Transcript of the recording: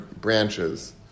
branches